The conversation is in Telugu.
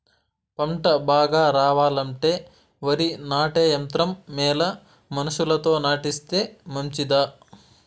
పంట బాగా రావాలంటే వరి నాటే యంత్రం మేలా మనుషులతో నాటిస్తే మంచిదా?